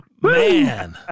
Man